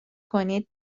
کنید